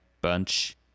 bunch